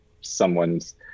someone's